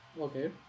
Okay